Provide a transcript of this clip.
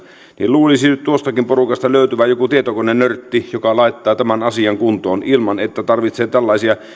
niin luulisi nyt tuostakin porukasta löytyvän joku tietokonenörtti joka laittaa tämän asian kuntoon ilman että tarvitsee tällaisia